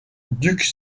duke